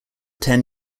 ten